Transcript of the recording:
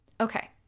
Okay